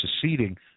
seceding